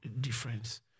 difference